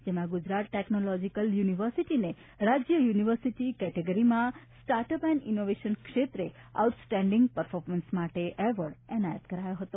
જેમાં ગુજરાત ટેકનોલોજીક્લ યુનિવર્સિટીને રાજ્ય યુનિવર્સિટી કેટેગરીમાં સ્ટાર્ટઅપ એન્ડ ઇનોવેશન ક્ષેત્રે આઉટ સ્ટેન્ડિંગ પર્ફોમન્સ માટે એવોર્ડ એનાયત કરાયો હતો